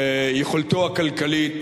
יכולתו הכלכלית,